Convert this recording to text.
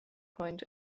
point